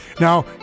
Now